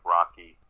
Rocky